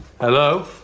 Hello